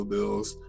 Bills